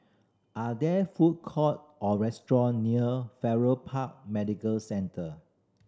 are there food courts or restaurants near Farrer Park Medical Centre